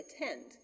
attend